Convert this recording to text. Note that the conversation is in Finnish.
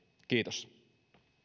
kiitos